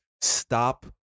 Stop